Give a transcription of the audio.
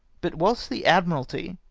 but whilst the admiralty,